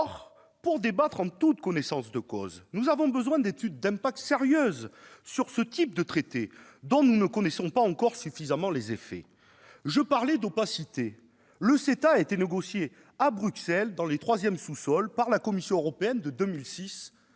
Or, pour débattre en toute connaissance de cause, nous avons besoin d'études d'impact sérieuses sur ce type de traités, dont nous ne connaissons pas encore suffisamment les effets. Je parlais d'opacité ; le CETA a été négocié à Bruxelles, au troisième sous-sol, par la Commission européenne de 2006